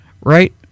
right